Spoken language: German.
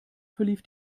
verlief